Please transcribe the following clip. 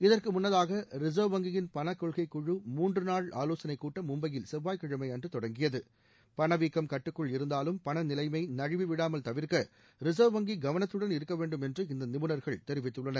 இதற்கு முன்னதாக ரிசர்வ் வங்கியின் பணக்கொள்கைக்குழு மூன்று நாள் ஆலோசனைக் கூட்டம் மும்பையில் செவ்வாய்கிழமை அன்று தொடங்கியது பணவீக்கம் கட்டுக்குள் இருந்தாலும் பண நிலைமை நழுவிவிடாமல் தவிர்க்க ரிசர்வ் வங்கி கவனத்துடன் இருக்க வேண்டும் என்று இந்த நிபுணர்கள் தெரிவித்துள்ளனர்